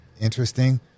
interesting